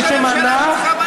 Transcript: ראש הממשלה שלך מנע.